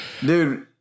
dude